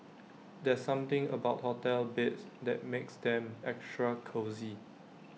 there's something about hotel beds that makes them extra cosy